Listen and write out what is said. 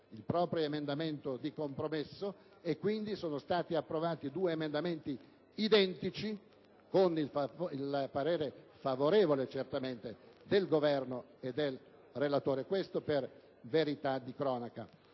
il proprio emendamento di compromesso, e sono stati approvati due emendamenti identici, con il parere favorevole del Governo e del relatore: questo, per verità di cronaca.